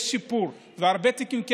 יש שיפור, והרבה תיקים כן